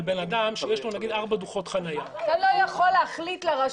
המדינה לא יכולה להמשיך לקחת סמכויות מראשי